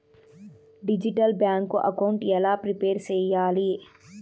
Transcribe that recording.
Digital bank account ఎలా prepare సెయ్యాలి?